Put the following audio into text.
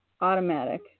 automatic